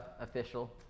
official